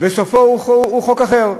וסופו הוא חוק אחר,